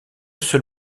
seul